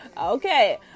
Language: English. Okay